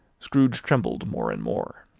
scrooge trembled more and more.